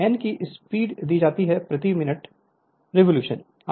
और N कि speed दी जाती है प्रति मिनट rpm रिवॉल्यूशन है